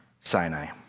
Sinai